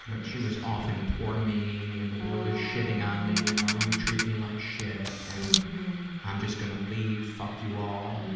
but she was often poor me and the world is shitting on me and all of you treat me like shit and i'm just gonna leave, fuck you all.